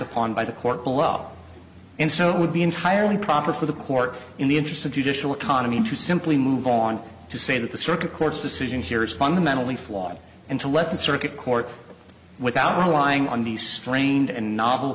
upon by the court below and so it would be entirely proper for the court in the interest of judicial economy to simply move on to say that the circuit court's decision here is fundamentally flawed and to let the circuit court without relying on these strained and novel